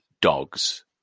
dogs